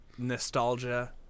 nostalgia